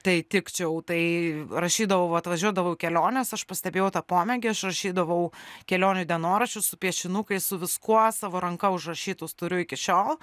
tai tikčiau tai rašydavau vat važiuodavau į keliones aš pastebėjau tą pomėgį aš rašydavau kelionių dienoraščius su piešinukais su viskuo savo ranka užrašytus turiu iki šiol